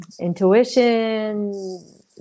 intuition